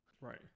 Right